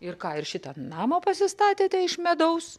ir ką ir šitą namą pasistatėte iš medaus